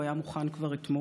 הוא היה מוכן כבר אתמול.